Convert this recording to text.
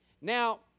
Now